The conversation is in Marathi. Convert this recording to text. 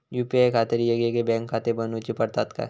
यू.पी.आय खातीर येगयेगळे बँकखाते बनऊची पडतात काय?